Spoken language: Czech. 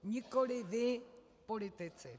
Nikoli vy politici.